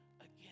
again